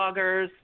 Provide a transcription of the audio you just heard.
bloggers